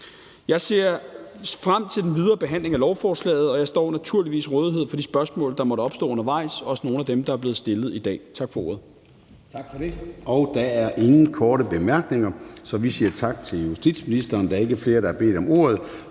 Jeg ser frem til den videre behandling af lovforslaget, og jeg står naturligvis til rådighed for de spørgsmål, der måtte opstå undervejs, også nogle af dem, der er blevet stillet i dag. Tak for ordet.